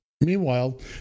Meanwhile